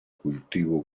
cultivo